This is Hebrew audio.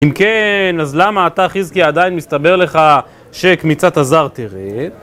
אם כן, אז למה אתה, חזקיה, עדיין מסתבר לך שקמיצת הזר תרד?